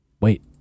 Wait